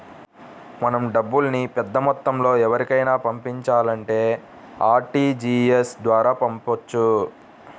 మనం డబ్బుల్ని పెద్దమొత్తంలో ఎవరికైనా పంపించాలంటే ఆర్టీజీయస్ ద్వారా పంపొచ్చు